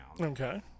Okay